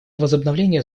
возобновления